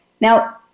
Now